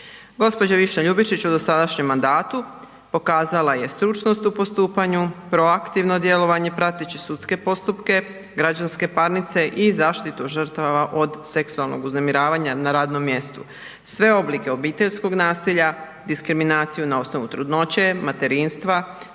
Gđa. Višnja Ljubičić u dosadašnjem mandatu pokazala je stručnost u postupanju, proaktivno djelovanje prateći sudske postupke, građanske parnice i zaštitu žrtava od seksualnog uznemiravanja na radnom mjestu, sve oblike obiteljskog nasilja, diskriminaciju na osnovu trudnoće, materinstva,